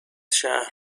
شهر